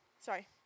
Sorry